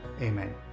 Amen